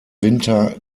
winter